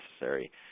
necessary